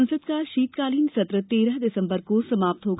संसद का शीतकालीन सत्र तेरह दिसम्बर को समाप्त होगा